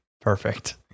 perfect